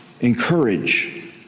encourage